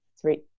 three